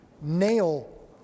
nail